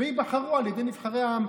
ייבחרו על ידי נבחרי העם,